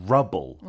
Rubble